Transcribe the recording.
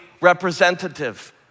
representative